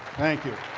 thank you.